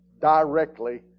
directly